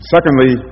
Secondly